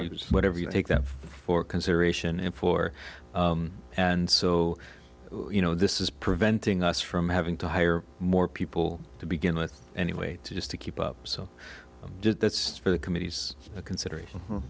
it was whatever you take them for consideration in four and so you know this is preventing us from having to hire more people to begin with anyway just to keep up so that's for the committees a consideration